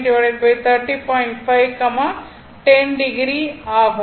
5 10o ஆகும்